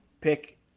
pick